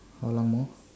how long more